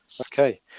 Okay